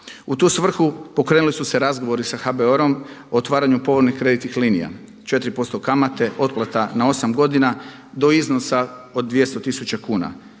U tu svrhu pokrenuli su se razgovori sa HBOR-om o otvaranju povoljnih kreditnih linija, 4% kamate, otplata na osam godina do iznosa od 200 tisuća